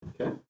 Okay